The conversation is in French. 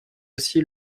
aussi